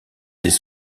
des